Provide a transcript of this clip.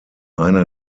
einer